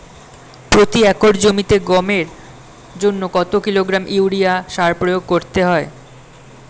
প্রতি একর জমিতে গমের জন্য কত কিলোগ্রাম ইউরিয়া সার প্রয়োগ করতে হয়?